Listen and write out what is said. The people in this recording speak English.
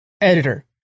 editor